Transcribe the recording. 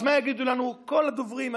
אז מה יגידו לנו כל הדוברים?